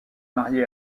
marié